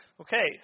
Okay